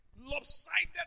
Lopsided